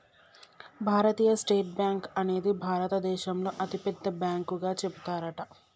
భారతీయ State Bank అనేది భారత దేశంలోనే అతి పెద్ద బ్యాంకు గా చెబుతారట